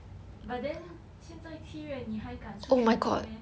but then 现在七月你还敢出去跑 meh